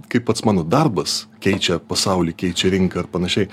kaip pats mano darbas keičia pasaulį keičia rinką ar panašiai